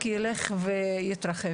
רק ילך ויתרחב.